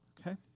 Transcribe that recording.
Okay